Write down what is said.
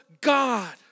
God